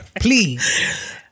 please